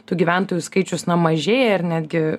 tų gyventojų skaičius ns mažėja ir netgi